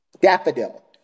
Daffodil